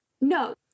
No